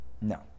No